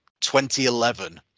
2011